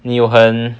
你有很